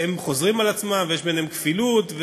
הם חוזרים על עצמם, ויש כפילות.